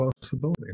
possibility